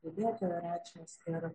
kalbėtojo reikšmės ir